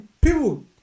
people